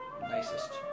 nicest